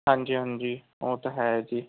ਹਾਂਜੀ ਹਾਂਜੀ ਉਹ ਤਾਂ ਹੈ ਜੀ